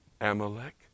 Amalek